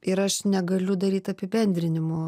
ir aš negaliu daryt apibendrinimų